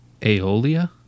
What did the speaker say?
Aeolia